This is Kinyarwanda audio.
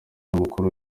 mukuru